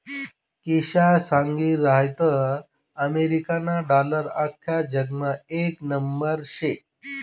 किशा सांगी रहायंता अमेरिकाना डालर आख्खा जगमा येक नंबरवर शे